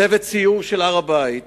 צוות סיור של הר-הבית